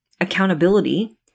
accountability